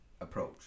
approach